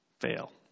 Fail